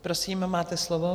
Prosím, máte slovo.